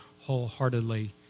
wholeheartedly